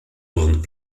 wound